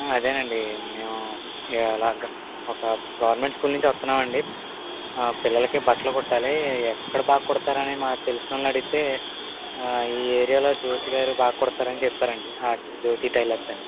అదేనండి మేము ఎలాగా ఒక గవర్నమెంట్ స్కూల్ నుంచి వస్తునాం అండి పిల్లలకి బట్టలు కుట్టాలి ఎక్కడ బాగా కుడతారు అని మాకు తెలిసిన వాళ్లను అడిగితే ఈ ఏరియాలో జ్యోతిగారు బాగా కుడతారు అని చెప్పారండి జ్యోతి టైలర్స్ అని